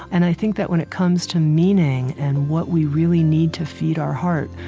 and i think that, when it comes to meaning and what we really need to feed our heart,